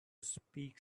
speak